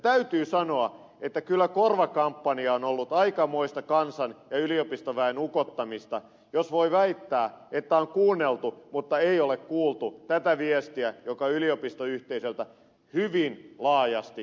täytyy sanoa että kyllä korvakampanja on ollut aikamoista kansan ja yliopistoväen ukottamista jos voi väittää että on kuunneltu mutta ei ole kuultu tätä viestiä joka yliopistoyhteisöltä hyvin laajasti on tullut